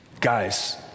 Guys